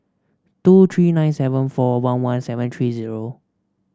two three nine seven four one one seven three zero